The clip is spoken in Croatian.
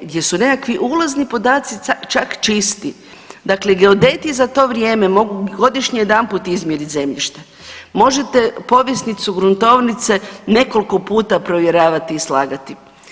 gdje su nekakvi ulazni podaci čak čisti, dakle geodet je za to vrijeme mogao godišnje jedanput izmjerit zemljište, možete povjesnicu gruntovnice nekoliko puta provjeravati i slagati.